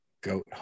goat